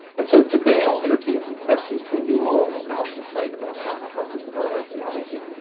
and so today i'll entertain some questions from you all about the site, about john custis, about archeology.